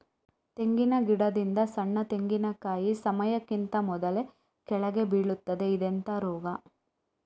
ತೆಂಗಿನ ಗಿಡದಿಂದ ಸಣ್ಣ ತೆಂಗಿನಕಾಯಿ ಸಮಯಕ್ಕಿಂತ ಮೊದಲೇ ಕೆಳಗೆ ಬೀಳುತ್ತದೆ ಇದೆಂತ ರೋಗ?